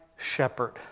Shepherd